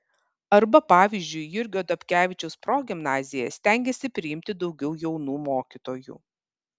arba pavyzdžiui jurgio dobkevičiaus progimnazija stengiasi priimti daugiau jaunų mokytojų